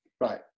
Right